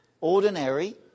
ordinary